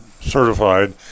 certified